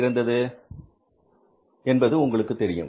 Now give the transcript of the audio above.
அப்போது இருந்தது என்பது உங்களுக்கு தெரியும்